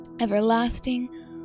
Everlasting